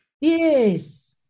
Yes